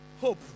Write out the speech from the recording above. hope